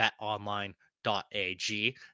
BetOnline.ag